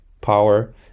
power